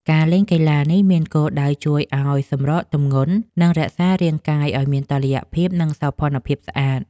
ការលេងកីឡានេះមានគោលដៅជួយឱ្យសម្រកទម្ងន់ និងរក្សារាងកាយឱ្យមានតុល្យភាព និងសោភ័ណភាពស្អាត។